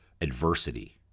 adversity